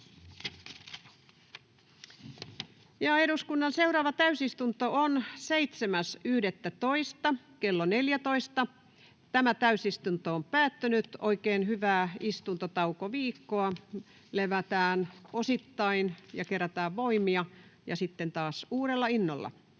6 - Seuraava täysistunto Time: N/A Content: Tämä täysistunto on päättynyt. — Oikein hyvää istuntotaukoviikkoa. Levätään osittain ja kerätään voimia, ja sitten taas uudella innolla.